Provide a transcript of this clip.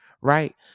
right